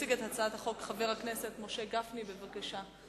יציג את הצעת החוק חבר הכנסת משה גפני, בבקשה.